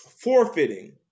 forfeiting